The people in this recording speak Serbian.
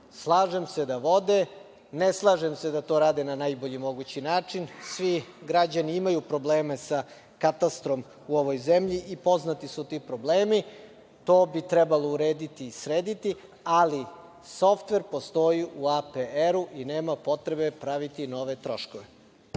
Slažem se da vode. Ne slažem se da to rade na najbolji mogući način. Svi građani imaju probleme sa Katastrom u ovoj zemlji i poznati su ti problemi. To bi trebalo urediti i srediti, ali softver postoji u APR-u i nema potrebe praviti nove troškove.